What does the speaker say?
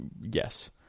Yes